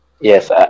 yes